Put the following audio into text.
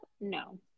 No